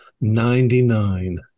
Ninety-nine